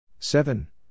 Seven